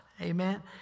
Amen